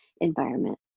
environment